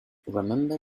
remember